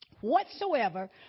whatsoever